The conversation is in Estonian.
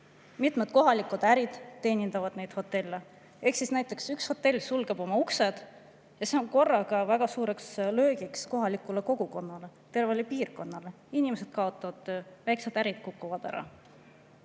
Mitmed kohalikud ärid teenindavad hotelle. Kui näiteks üks hotell sulgeb oma uksed, siis see on väga suur löök kohalikule kogukonnale ja tervele piirkonnale. Inimesed kaotavad töö, väiksemad ärid kukuvad ära.